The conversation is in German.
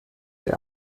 der